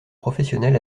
professionnel